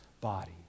body